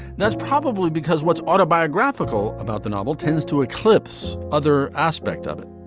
that's probably because what's autobiographical about the novel tends to eclipse other aspect of it.